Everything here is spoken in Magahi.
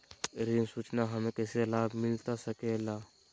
ऋण सूचना हमें कैसे लाभ मिलता सके ला?